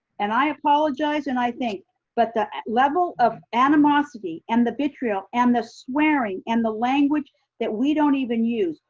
and i apologize and i think. but the level of animosity and the vitriol and the swearing and the language that we don't even use.